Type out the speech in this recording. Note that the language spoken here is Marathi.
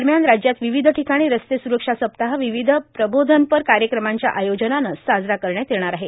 दरम्यान राज्यात विविध ठिकाणी रस्ते सुरक्षा सप्ताह विविध प्रबोधनपर कार्यक्रमांच्या आयोजनानं साजरा करण्यात येणार आहे